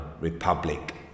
Republic